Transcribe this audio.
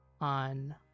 on